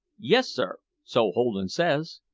yes, sir so holden says.